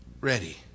ready